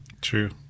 True